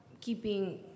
keeping